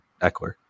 Eckler